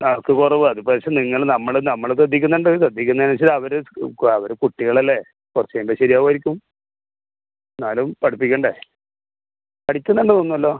mark കുറവാ അത് പക്ഷെ നിങ്ങൾ നമ്മൾ നമ്മൾ ശ്രദ്ധിക്കുന്നുണ്ട് ശ്രദ്ധിക്കുന്നത് എന്ന് വെച്ചാൽ അവർ അവർ കുട്ടികളല്ലേ കുറച്ച് കഴിയുമ്പോൾ ശരിയാവും ആയിരിക്കും എന്നാലും പഠിപ്പിക്കണ്ടേ പഠിക്കുന്നുണ്ടെന്ന് തോന്നുന്നല്ലോ